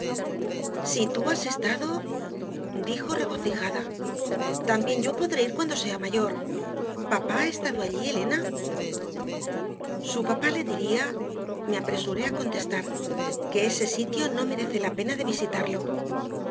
si tú has estado dijo regocijada también yo podré ir cuando sea mayor papá ha estado allí elena su papá le diría me apresuré a contestar que ese sitio no merece la pena de visitarlo